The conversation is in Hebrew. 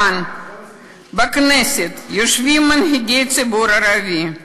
כאן, בכנסת, יושבים מנהיגי הציבור הערבי,